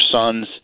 sons